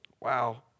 Wow